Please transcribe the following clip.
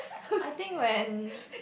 I think when